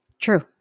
True